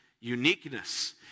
uniqueness